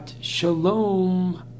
shalom